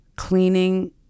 Cleaning